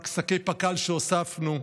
רק שקי פק"ל שהוספנו.